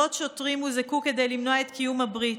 מאות שוטרים הוזעקו כדי למנוע את קיום הברית.